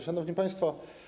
Szanowni Państwo!